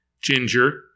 Ginger